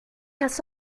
has